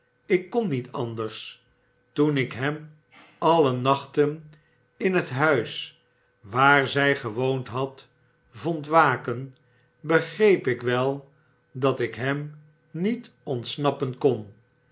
ik kon niet anders toen ik hem alle nachten in het huis waar zij gewoond had vond waken begreep ik wel dat ik hem niet ontsnappen kon